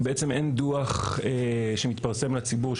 בעצם אין דו"ח שמתפרסם לציבור,